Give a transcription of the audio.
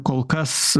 kol kas